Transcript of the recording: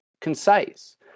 concise